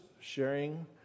sharing